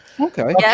Okay